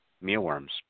mealworms